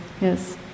yes